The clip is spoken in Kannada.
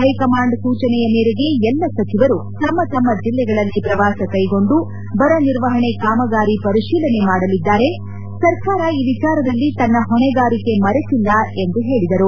ಹೈಕಮಾಂಡ್ ಸೂಚನೆಯ ಮೇರೆಗೆ ಎಲ್ಲ ಸಚಿವರು ತಮ್ಮ ತಮ್ಮ ಜಿಲ್ಲೆಗಳಲ್ಲಿ ಪ್ರವಾಸ ಕೈಗೊಂಡು ಬರ ನಿರ್ವಹಣೆ ಕಾಮಗಾರಿ ಪರಿತೀಲನೆ ಮಾಡಲಿದ್ದಾರೆ ಸರ್ಕಾರ ಈ ವಿಚಾರದಲ್ಲಿ ತನ್ನ ಹೊಣೆಗಾರಿಕೆ ಮರೆತಿಲ್ಲ ಎಂದು ಹೇಳಿದರು